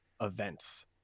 events